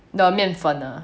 the 面粉 ah